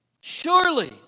Surely